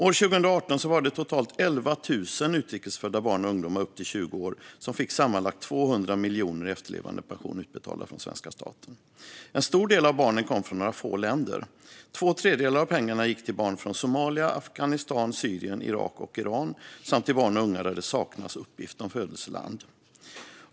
År 2018 var det totalt 11 000 utrikes födda barn och ungdomar upp till 20 år som fick sammanlagt 200 miljoner i efterlevandepension utbetalt från svenska staten. En stor del av barnen kom från några få länder; två tredjedelar av pengarna gick till barn från Somalia, Afghanistan, Syrien, Irak och Iran samt till barn och unga där det saknas uppgift om födelseland.